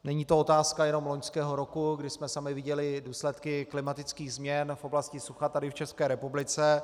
Není to otázka jenom loňského roku, kdy jsme sami viděli důsledky klimatických změn v oblasti sucha tady v České republice.